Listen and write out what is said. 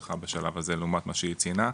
שלך בשלב הזה לעומת מה שהיא ציינה,